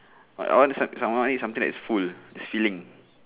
I want to eat something that is full is filling